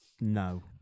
No